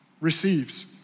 receives